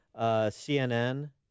CNN